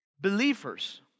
believers